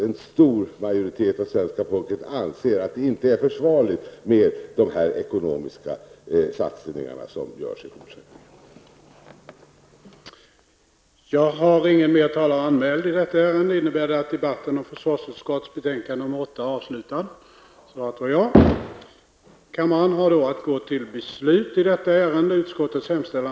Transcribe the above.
En stor majoritet av svenska folket anser att det inte är försvarligt med de ekonomiska satsningar som görs i fortsättningen.